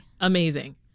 amazing